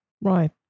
Right